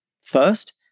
first